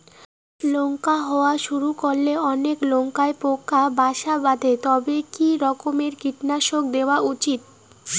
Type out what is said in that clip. লঙ্কা হওয়া শুরু করলে অনেক লঙ্কায় পোকা বাসা বাঁধে তবে কি রকমের কীটনাশক দেওয়া উচিৎ?